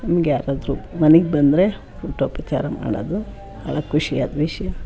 ನಮ್ಗೆ ಯಾರಾದರೂ ಮನೆಗೆ ಬಂದರೆ ಊಟೋಪಚಾರ ಮಾಡೋದು ಭಾಳ ಖುಷಿಯಾದ ವಿಷಯ